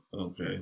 okay